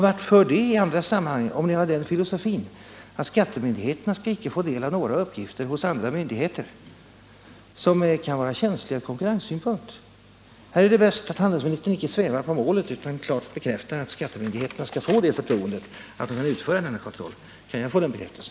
Vart för det i andra sammanhang, om ni har filosofin att skattemyndigheterna icke skall få del av uppgifter som ligger hos andra myndigheter och som kan vara känsliga från konkurrenssynpunkt? Här är det bäst att handelsministern icke svävar på målet, utan klart bekräftar att skattemyndigheterna skall få förtroendet att utföra den här kontrollen. Kan jag få den bekräftelsen?